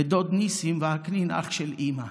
ודוד נסים ועקנין, אח של אימא.